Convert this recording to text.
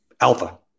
alpha